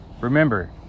Remember